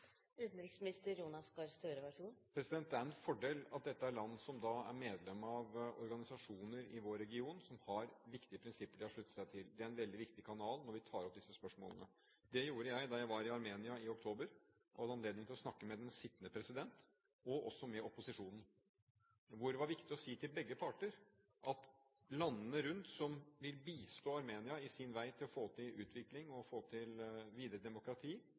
Det er en fordel at dette er land som er medlem av organisasjoner i vår region, som har viktige prinsipper de har sluttet seg til. Det er en veldig viktig kanal når vi tar opp disse spørsmålene. Det gjorde jeg da jeg var i Armenia i oktober. Jeg hadde anledning til å snakke med den sittende president og også med opposisjonen, og det var viktig å si til begge parter at landene rundt som vil bistå Armenia i dets vei til å få til utvikling og et videre demokrati,